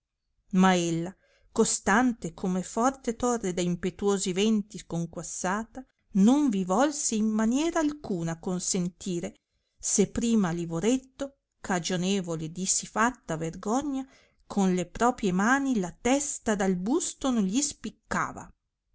ella costante come forte torre da impetuosi venti conquassata non vi volse in maniera alcuna consentire se prima a livoretto cagionevole di sì fatta vergogna con le propie mani la testa dal busto non gli spiccava